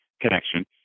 connection